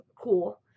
cool